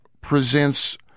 presents